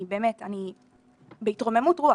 אני באמת בהתרוממות רוח,